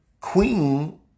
Queen